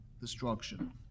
destruction